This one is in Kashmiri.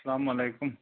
السلام علیکُم